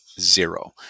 Zero